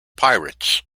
pirates